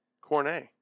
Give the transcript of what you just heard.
Cornet